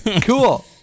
cool